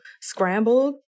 scrambled